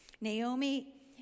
Naomi